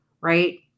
right